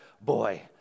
boy